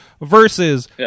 versus